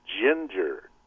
ginger